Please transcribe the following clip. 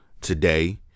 today